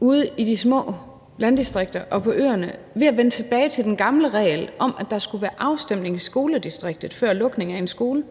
ude i de små landdistrikter og på øerne ved at vende tilbage til den gamle regel om, at der skulle være afstemning i skoledistriktet før lukning af en skole;